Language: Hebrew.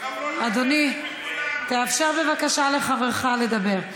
אדוני, תאפשר בבקשה לחברך לדבר.